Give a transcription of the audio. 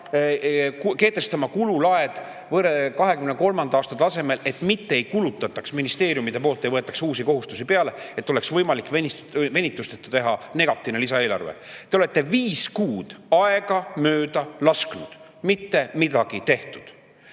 kehtestama kululaed 2023. aasta tasemel, et ei kulutataks ja ministeeriumid ei võtaks uusi kohustusi peale, et oleks võimalik venitusteta teha negatiivne lisaeelarve. Te olete viis kuud aega mööda lasknud, mitte midagi pole tehtud.